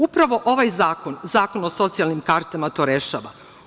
Upravo ovaj zakon, zakon o socijalnim kartama to rešava.